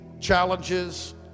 challenges